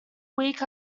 week